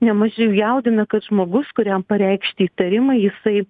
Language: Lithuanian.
ne mažiau jaudina kad žmogus kuriam pareikšti įtarimai jisai